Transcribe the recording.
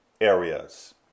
areas